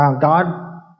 God